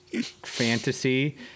fantasy